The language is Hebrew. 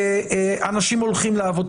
כשאנשים הולכים לעבודה.